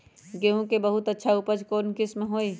गेंहू के बहुत अच्छा उपज कौन किस्म होई?